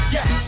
Yes